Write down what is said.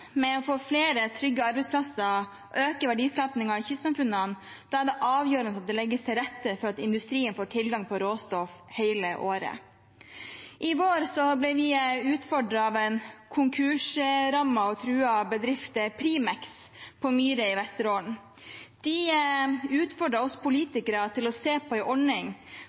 med å få flere trygge arbeidsplasser og øke verdiskapingen i kystsamfunnene, er det avgjørende at det legges til rette for at industrien får tilgang på råstoff hele året. I vår ble vi utfordret av en konkursrammet og truet bedrift, Primex, på Myre i Vesterålen. De utfordret oss politikere til å se på en ordning